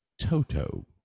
toto